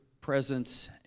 presence